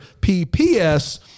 PPS